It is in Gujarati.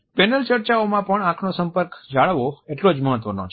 પેનલ ચર્ચાઓમાં પણ આંખનો સંપર્ક જાળવવો એટલો જ મહત્વનો છે